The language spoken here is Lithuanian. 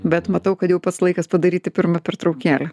bet matau kad jau pats laikas padaryti pirmą pertraukėlę